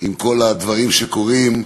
עם כל הדברים שקורים,